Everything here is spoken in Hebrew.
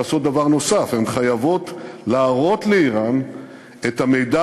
לעשות דבר נוסף: הן חייבות להראות לאיראן את המידע